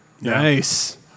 Nice